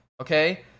okay